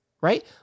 right